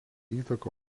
įtaką